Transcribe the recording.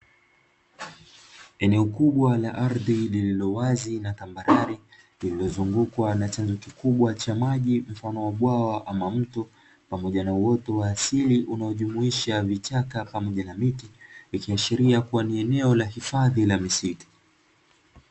Eneo kubwa la ardhi lililowazi na tambarare ilivyozungukwa na chanzo kikubwa cha maji mfano wa bwawa wa ama mtu pamoja na uoto wa asili unaojumuisha vichaka pamoja na miti ikiashiria kuwa ni eneo la hifadhi la misitu.